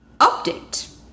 update